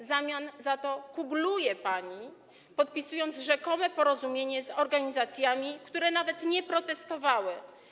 W zamian za to kugluje pani, podpisując rzekome porozumienie z organizacjami, które nawet nie protestowały.